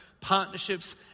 partnerships